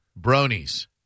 bronies